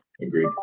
Agreed